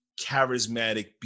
charismatic